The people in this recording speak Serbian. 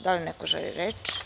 Da li neko želi reč?